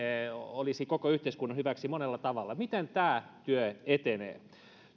olisi koko yhteiskunnan hyväksi monella tavalla miten tämä työ etenee